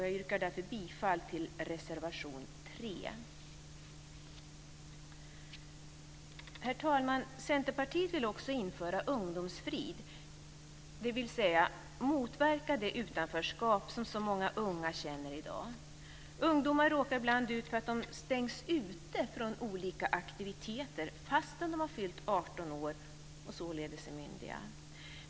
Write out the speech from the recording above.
Jag yrkar därför bifall till reservation 3. Herr talman! Centerpartiet vill också införa ungdomsfrid, dvs. motverka det utanförskap som så många unga känner i dag. Ungdomar råkar ibland ut för att de stängs ute från olika aktiviteter fastän de har fyllt 18 år och således är myndiga.